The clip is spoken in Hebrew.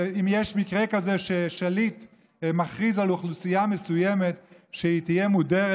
אם יש מקרה כזה ששליט מכריז על אוכלוסייה מסוימת שהיא תהיה מודרת,